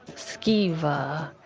skiva.